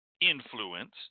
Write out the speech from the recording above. influence